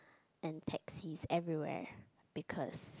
and taxis everywhere because